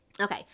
Okay